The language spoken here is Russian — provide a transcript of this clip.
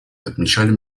отмечали